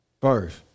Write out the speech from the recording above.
first